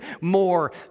more